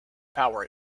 power